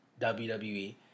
WWE